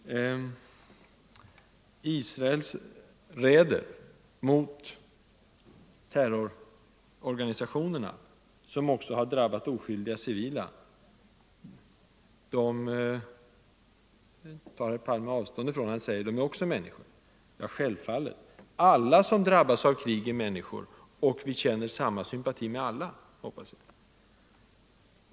Israels raider mot terrororganisationerna, som också har drabbat oskyldiga civila, tar herr Palme avstånd från. Han säger: De är också människor. Ja, självfallet! Alla som drabbas av krig är människor, och vi känner samma medkänsla med alla, hoppas jag.